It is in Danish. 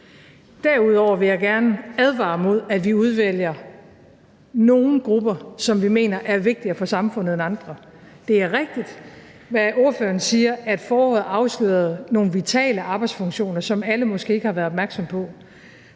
Derudover vil jeg gerne advare mod, at vi udvælger nogle grupper, som vi mener er vigtigere for samfundet end andre. Det er rigtigt, hvad ordføreren siger, at foråret afslørede nogle vitale arbejdsfunktioner, som alle måske ikke har været opmærksomme på,